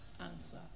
answer